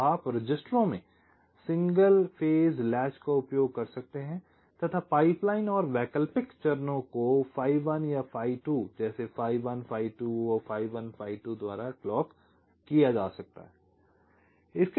तो आप रजिस्टरों में सिंगल फेज लैच का उपयोग कर सकते हैं तथा पाइपलाइन और वैकल्पिक चरणों को phi 1 या phi 2 जैसे phi 1 phi 2 phi 1 phi 2 द्वारा क्लॉक किया जा सकता है